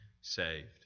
saved